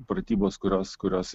pratybos kurios kurios